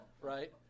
Right